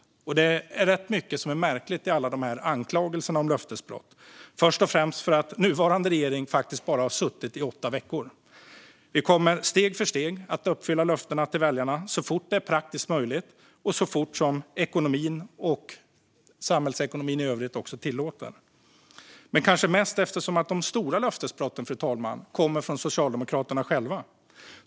Det är rätt mycket som är märkligt i alla dessa anklagelser, först och främst för att nuvarande regering bara har suttit i åtta veckor. Vi kommer steg för steg att uppfylla löftena till väljarna så fort det är praktiskt möjligt och så fort som ekonomin och samhällsekonomin i övrigt tillåter. Men mest är det kanske märkligt, fru talman, eftersom de stora löftesbrotten kommer från Socialdemokraterna själva.